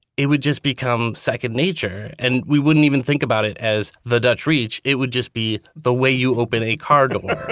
it would just become second nature, and we wouldn't even think about it as, the dutch reach. it would just be the way you open a car door